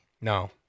No